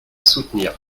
soutenir